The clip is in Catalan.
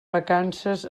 vacances